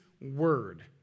word